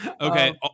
Okay